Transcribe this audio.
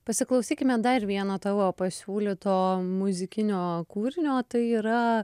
pasiklausykime dar vieno tavo pasiūlyto muzikinio kūrinio tai yra